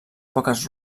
poques